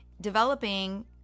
developing